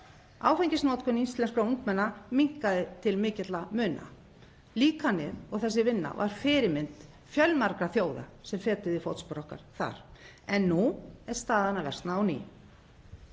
áfengisnotkun íslenskra ungmenna minnkaði til mikilla muna. Líkanið og þessi vinna var fyrirmynd fjölmargra þjóða sem fetuðu í fótspor okkar þá. En nú er staðan að versna á ný.